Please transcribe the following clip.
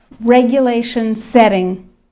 regulation-setting